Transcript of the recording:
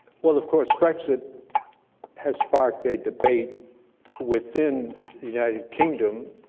well, of course, brexit has sparked a debate within the united kingdom,